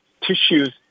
tissues